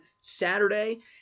Saturday